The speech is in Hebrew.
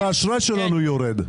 נכון, גם דירוג האשראי שלנו יורד.